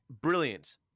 brilliant